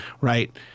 Right